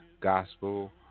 Gospel